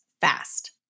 fast